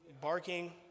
barking